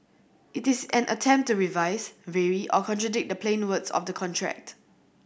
it is an attempt to revise vary or contradict the plain words of the contract